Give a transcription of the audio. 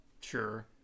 Sure